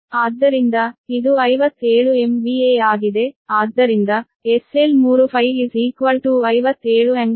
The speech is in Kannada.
ಆದ್ದರಿಂದ ಇದು 57 MVA ಆಗಿದೆ ಆದ್ದರಿಂದ SL3Φ 57∟36